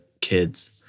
kids